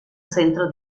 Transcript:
centro